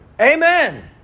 Amen